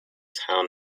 town